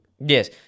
Yes